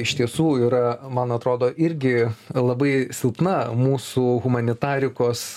iš tiesų yra man atrodo irgi labai silpna mūsų humanitarikos